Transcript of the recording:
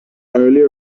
earlier